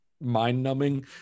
mind-numbing